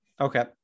Okay